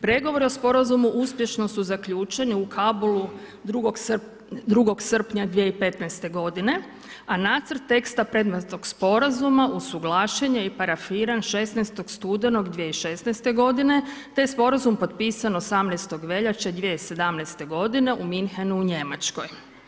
Pregovori o Sporazumu uspješno su zaključeni u Kabulu 2. srpnja 2015. godine, a Nacrt teksta predmetnog Sporazuma usuglašen je i parafiran 16. studenog 2016. godine, te je Sporazum potpisan 18. veljače 2017. godine u Münchenu u Njemačkoj.